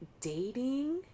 dating